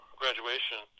graduation